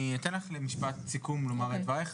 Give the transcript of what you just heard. אני אתן לך משפט סיכום לומר דברייך,